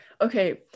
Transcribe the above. Okay